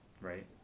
right